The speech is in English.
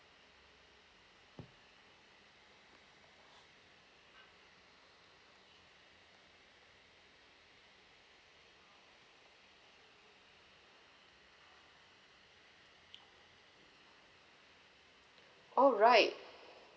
alright